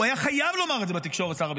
הוא היה חייב לומר את זה בתקשורת, שר הביטחון,